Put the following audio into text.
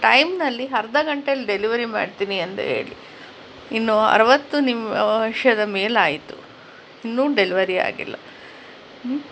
ಟೈಮ್ನಲ್ಲಿ ಅರ್ಧ ಗಂಟೆಯಲ್ಲಿ ಡೆಲಿವರಿ ಮಾಡ್ತೀನಿ ಅಂತ ಹೇಳಿ ಇನ್ನೂ ಅರವತ್ತು ನಿಮಷದ ಮೇಲಾಯಿತು ಇನ್ನೂ ಡೆಲಿವರಿ ಆಗಿಲ್ಲ